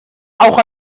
auch